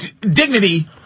dignity